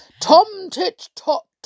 Tom-Tit-Tot